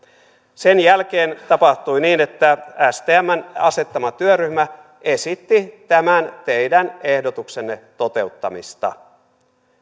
sen jälkeen tapahtui niin että stmn asettama työryhmä esitti tämän teidän ehdotuksenne toteuttamista